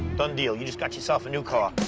done deal. you just got yourself a new car.